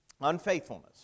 Unfaithfulness